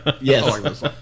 yes